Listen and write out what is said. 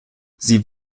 sie